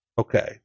Okay